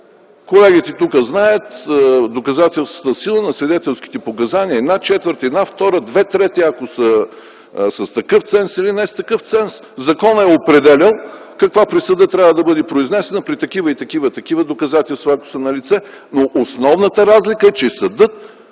Колегите тук знаят доказателствената сила на свидетелските показания – една четвърт, една втора, две трети, ако са с такъв ценз или не са с такъв ценз. Законът е определял каква присъда трябва да бъде произнесена при такива и такива доказателства, ако са налице. Но основната разлика е, че съдът